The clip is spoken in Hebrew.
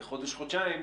לחודש-חודשיים,